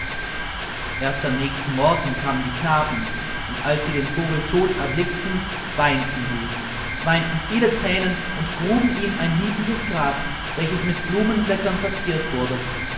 erst am nächsten morgen kamen die knaben und als sie den vogel tot erblickten weinten sie weinten viele thränen und gruben ihm ein niedliches grab welches mit blumenblättern verziert wurde